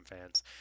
fans